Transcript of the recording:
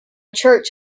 church